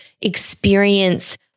experience